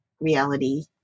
reality